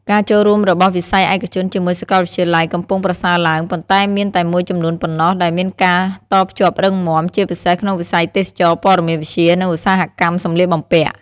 ការចូលរួមរបស់វិស័យឯកជនជាមួយសាកលវិទ្យាល័យកំពុងប្រសើរឡើង ប៉ុន្តែមានតែមួយចំនួនប៉ុណ្ណោះដែលមានការតភ្ជាប់រឹងមាំ ជាពិសេសក្នុងវិស័យទេសចរណ៍ ព័ត៌មានវិទ្យា និងឧស្សាហកម្មសម្លៀកបំពាក់។